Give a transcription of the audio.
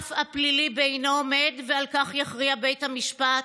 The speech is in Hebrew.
הרף הפלילי בעינו עומד, ועל כך יכריע בית המשפט.